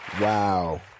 wow